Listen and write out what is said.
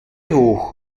hoch